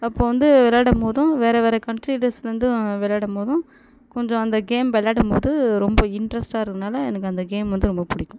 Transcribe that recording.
அப்போது வந்து விளாடும்போதும் வேறு வேறு கன்ட்ரி டேஸ்லிருந்து விளாடும்போதும் கொஞ்சோம் அந்த கேம் விளாடும்போது ரொம்ப இண்ட்ரெஸ்ட்டாக இருக்கறதுனால் எனக்கு அந்த கேம் வந்து ரொம்ப பிடிக்கும்